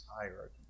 hierarchy